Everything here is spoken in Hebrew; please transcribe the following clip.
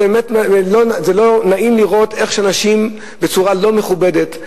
זה לא נעים לראות אנשים בצורה לא מכובדת.